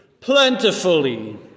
plentifully